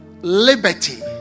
liberty